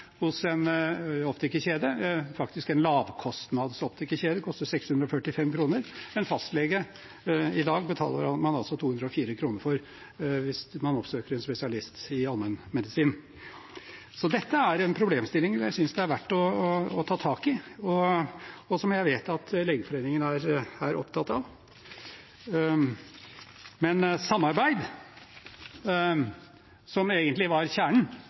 faktisk en lavkostnadsoptikerkjede – koster 645 kr, mens fastlege betaler man i dag 240 kr for hvis man oppsøker en spesialist i allmennmedisin. Dette er en problemstilling jeg synes det er verdt å ta tak i, og som jeg vet at Legeforeningen er opptatt av. Men samarbeid, som egentlig var kjernen